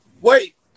Wait